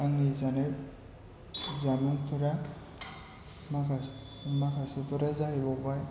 आंनि जानाय जामुंफोरा माखासे माखासेफोरा जाहैबाय